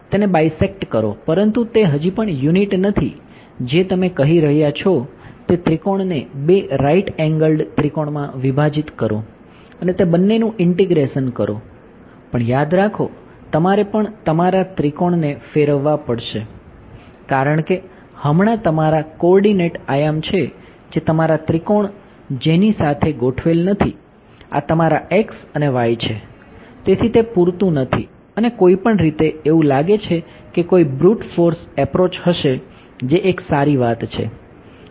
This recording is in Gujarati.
તેને બાયસેક્ટ કરો પરંતુ તે હજી પણ યુનિટ નથી જે તમે કહી રહ્યાં છો તે ત્રિકોણ એપ્રોચ હશે જે એક સારી વાત છે